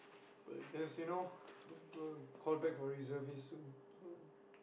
but guess you know gonna call back for reservist soon so